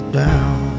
down